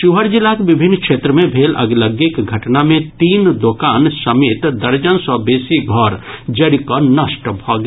शिवहर जिलाक विभिन्न क्षेत्र मे भेल अगिलग्गीक घटना मे तीन दोकान समेत दर्जन सॅ बेसी घर जरि कऽ नष्ट भऽ गेल